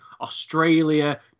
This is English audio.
Australia